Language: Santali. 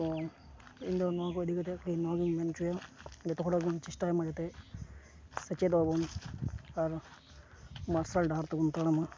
ᱛᱚ ᱤᱧᱫᱚ ᱱᱚᱣᱟ ᱠᱚ ᱤᱫᱤ ᱠᱟᱛᱮᱫ ᱠᱷᱟᱹᱞᱤ ᱱᱚᱣᱟᱜᱮᱧ ᱢᱮᱱᱪᱚᱭᱟ ᱡᱚᱛᱚ ᱦᱚᱲ ᱵᱚᱱ ᱪᱮᱥᱴᱟᱭ ᱢᱟ ᱡᱟᱛᱮ ᱥᱮᱪᱮᱫᱚᱜᱼᱟ ᱵᱚᱱ ᱟᱨ ᱢᱟᱨᱥᱟᱞ ᱰᱟᱦᱟᱨ ᱛᱮᱵᱚᱱ ᱛᱟᱲᱟᱢᱟ